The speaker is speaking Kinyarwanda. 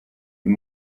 uyu